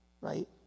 right